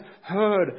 heard